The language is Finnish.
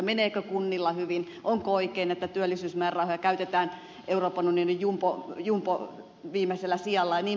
meneekö kunnilla hyvin onko oikein että työllisyysmäärärahoja käytetään euroopan unionin viimeisellä sijalla jnp